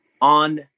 on